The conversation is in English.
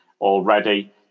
already